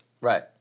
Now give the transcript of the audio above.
Right